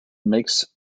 makes